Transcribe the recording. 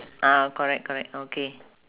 ah correct correct okay